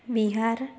Bihar